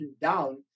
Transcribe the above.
down